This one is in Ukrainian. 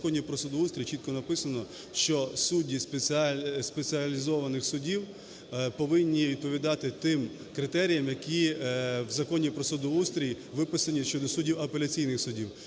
в Законі про судоустрій чітко написано, що судді спеціалізованих судів повинні відповідати тим критеріям, які в Законі про судоустрій виписані щодо суддів апеляційних судів.